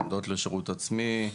העמדות לשירות עצמי,